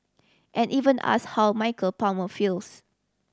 and even asked how Michael Palmer feels